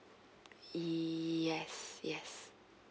yes yes